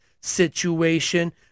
situation